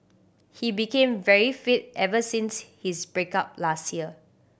he became very fit ever since his break up last year